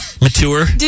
Mature